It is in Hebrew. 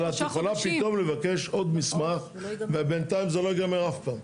אבל את יכולה פתאום לבקש עוד מסמך ובנתיים זה לא ייגמר אף פעם.